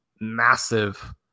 massive